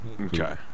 Okay